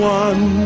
one